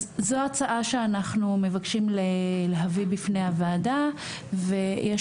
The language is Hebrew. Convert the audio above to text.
אז זו הצעה שאנחנו מבקשים להביא בפני הוועדה ויש